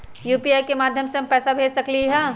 UPI के माध्यम से हम पैसा भेज सकलियै ह?